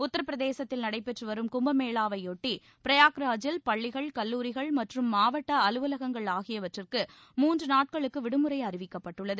உத்தரப்பிரதேசத்தில் நடைபெற்று வரும் கும்பமேளாவையொட்டி பிரயாக்ராஜின் பள்ளிகள் கல்லூரிகள் மற்றும் மாவட்ட அலுவலகங்கள் ஆகியவற்றுக்கு மூன்று நாட்களுக்கு விடுமுறை அறிவிக்கப்பட்டுள்ளது